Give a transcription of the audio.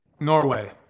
Norway